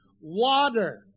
water